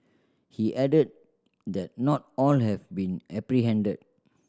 he added that not all have been apprehended